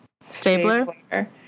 Stabler